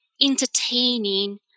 entertaining